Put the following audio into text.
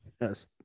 yes